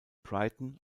brighton